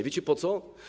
Wiecie, po co?